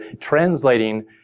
translating